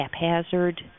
haphazard